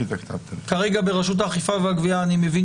כרגע ברשות האכיפה והגבייה אני מבין